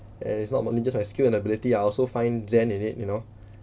and it's not only just my skill and ability I also find zen in it you know